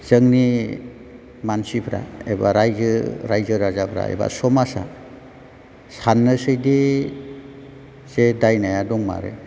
जोंनि मानसिफ्रा एबा रायजो रायजो राजाफ्रा एबा समाजआ साननोसैदि जे दायनाया दंमारो